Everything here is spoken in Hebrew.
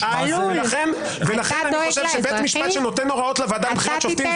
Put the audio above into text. לכן אני חושב שבית משפט שניתן הוראות לוועדה לבחירת שופטים,